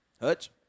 Hutch